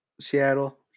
Seattle